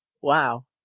wow